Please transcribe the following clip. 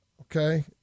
Okay